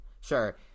Sure